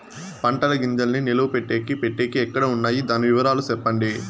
పంటల గింజల్ని నిలువ పెట్టేకి పెట్టేకి ఎక్కడ వున్నాయి? దాని వివరాలు సెప్పండి?